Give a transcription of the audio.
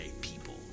people